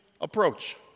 approach